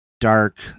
dark